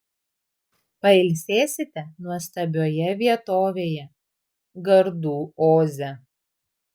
pailsėsite nuostabioje vietovėje gardų oze